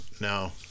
no